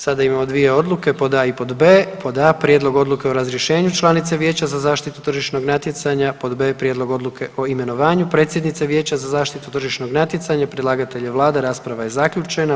Sada imamo dvije odluke pod A i pod B, pod A) Prijedlog odluke o razriješenu članice Vijeća za zaštitu tržišnog natjecanja pod B) Prijedlog odluke o imenovanju predsjednice Vijeća za zaštitu tržišnog natjecanja, predlagatelj je Vlada, rasprava je zaključena.